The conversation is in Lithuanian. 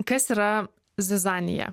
kas yra zizanija